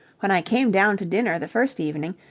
when i came down to dinner the first evening,